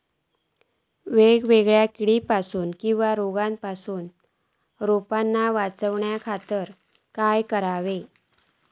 वेगवेगल्या किडीपासून किवा रोगापासून रोपाक वाचउच्या खातीर काय करूचा?